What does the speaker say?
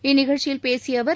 இந்நிகழ்ச்சியில் பேசிய அவர்